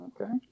Okay